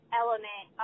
element